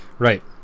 Right